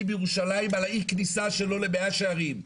בירושלים על אי הכניסה שלו למאה שערים,